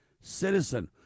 citizen